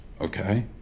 okay